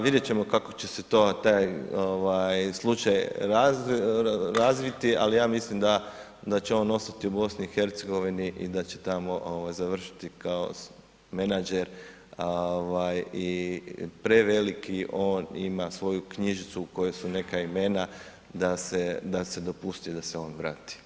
Vidjeti ćemo kako će se to, taj slučaj razviti ali ja mislim da će on ostati u BiH i da će tamo završiti kao menadžer i preveliki on ima, svoju knjižicu u kojoj su neka imena da se dopusti da se on vrati.